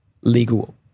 legal